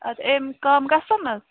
اَدٕ اَمہِ کَم گژھَن نہَ حظ